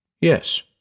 Yes